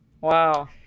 Wow